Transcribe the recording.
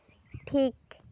ᱴᱷᱤᱠ